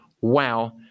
wow